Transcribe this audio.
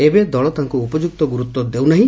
ଏବେ ଦଳ ତାଙ୍କୁ ଉପଯୁକ୍ତ ଗୁରୁଡ୍ ଦେଉନାହି